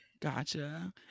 gotcha